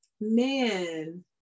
man